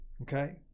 Okay